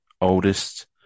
oldest